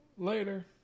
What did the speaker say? Later